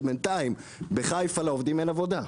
בינתיים בחיפה לעובדים אין עבודה.